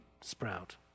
sprout